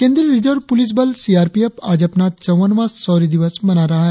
केंद्रीय reserve police बल C R P F आज अपना चौवनवां शौर्य दिवस मना रहा है